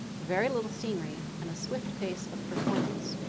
very little scenery, and a swift pace of performance.